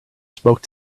spoke